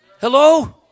Hello